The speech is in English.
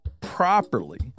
properly